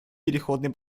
переходный